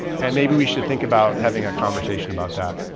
and maybe we should think about having a conversation about that.